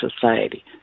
society